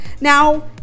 Now